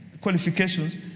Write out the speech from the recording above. qualifications